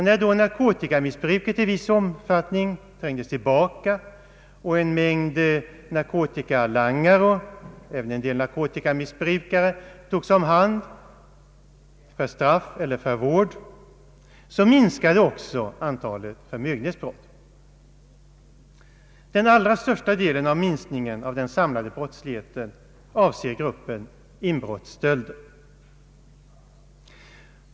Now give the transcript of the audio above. När narkotikamissbruket i viss omfattning trängdes tillbaka och en mängd narkotikalangare och även en del narkotikamissbrukare togs om hand för straff eller för vård minskade också antalet förmögenhetsbrott. Den allra största delen av minskningen av den samlade brottsligheten avser gruppen inbrottsstölder.